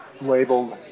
labeled